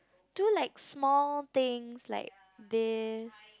do like small things like this